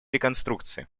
реконструкции